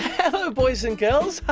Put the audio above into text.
hello, boys and girls.